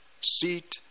seat